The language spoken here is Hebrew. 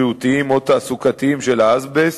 בריאותיים או תעסוקתיים של האזבסט,